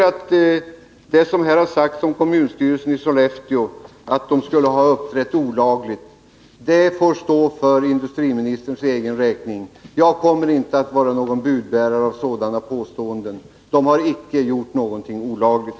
Industriministerns uttalande om att kommunstyrelsen i Sollefteå skulle ha uppträtt olagligt får stå för industriministerns egen räkning. Jag kommer inte att vara budbärare för sådana påståenden. Kommunstyrelsen har icke gjort någonting olagligt.